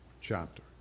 chapter